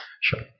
Sure